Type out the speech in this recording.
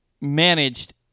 managed